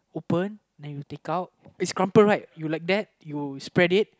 open then you take out it's crumpled right you like that you spread it